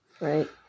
Right